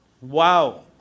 Wow